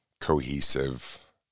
cohesive